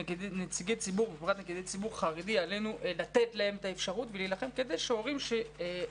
כנציגי ציבור עלינו לתת להם את האפשרות ולהילחם כדי שהורים שרוצים